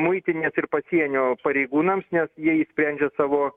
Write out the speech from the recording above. muitinės ir pasienio pareigūnams nes jie sprendžia savo